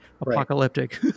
apocalyptic